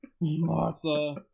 Martha